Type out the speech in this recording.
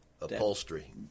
upholstery